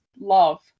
love